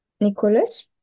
Nicholas